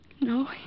No